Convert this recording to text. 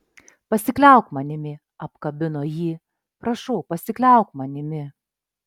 pasikliauk manimi apkabino jį prašau pasikliauk manimi